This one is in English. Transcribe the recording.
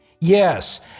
Yes